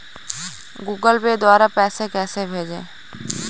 Google Pay द्वारा पैसे कैसे भेजें?